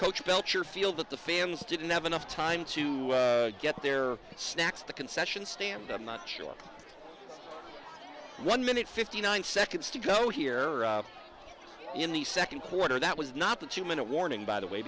here belcher feel that the fans didn't have enough time to get their snacks the concession stand i'm not sure one minute fifty nine seconds to go here in the second quarter that was not that human a warning by the way